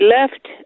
left